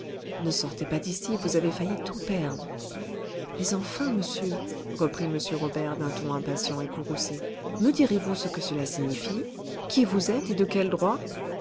ne sortez pas d'ici vous avez failli tout perdre mais enfin monsieur reprit m robert d'un ton impatient et courroucé me direz-vous ce que cela signifie qui vous êtes et de quel droit